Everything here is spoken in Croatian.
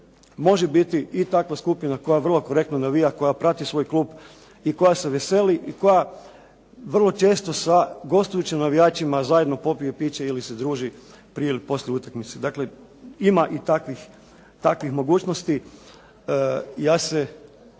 može biti i takva skupina koja vrlo korektno navija, koja prati svoj klub i koja se veseli i koja vrlo često sa gostujućim navijačima zajedno popiju piće ili se druži prije ili poslije utakmice. Dakle, ima i takvih mogućnosti. Ja se